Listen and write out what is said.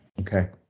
okay